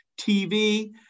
TV